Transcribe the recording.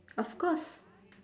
of course